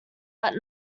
but